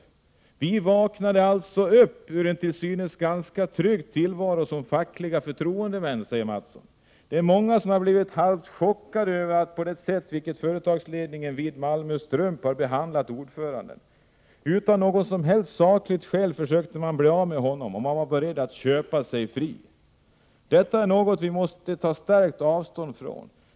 Han sade: ”Vi vaknade alltså upp ur en till synes ganska trygg tillvaro som fackliga förtroendemän. Det är många som har blivit halvt chockerade över det sätt på vilket företagsledningen vid Malmö Strump har behandlat ordföranden. Utan något som helst sakligt skäl försökte man bli av med honom, och man var beredd att köpa sig fri. Detta är något som vi måste ta starkt avstånd från.